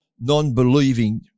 non-believing